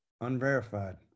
unverified